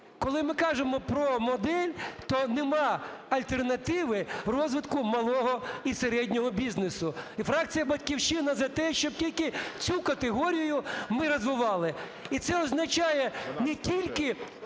Коли ми кажемо про модель, то немає альтернативи розвитку малого і середнього бізнесу. І фракція "Батьківщина" за те, щоб тільки цю категорію ми розвивали. І це означає не тільки